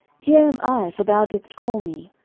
here am i for thou didst call me.